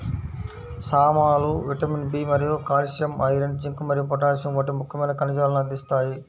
సామలు vitamin B మరియు calcium, iron, zinc మరియు పొటాషియం వంటి ముఖ్యమైన ఖనిజాలను అందిస్తాయి